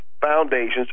foundations